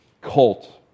cult